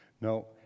no